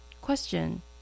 Question